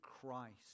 Christ